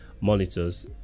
monitors